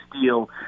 deal